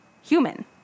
human